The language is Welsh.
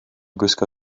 gwisgo